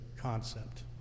concept